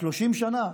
30 שנה?